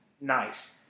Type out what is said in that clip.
nice